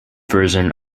version